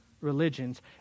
religions